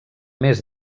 més